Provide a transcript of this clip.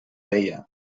deia